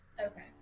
Okay